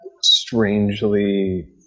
strangely